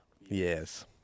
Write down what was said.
Yes